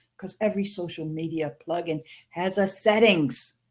because every social media plugin has a settings.